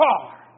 car